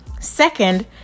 Second